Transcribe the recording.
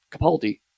Capaldi